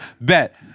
Bet